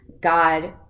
god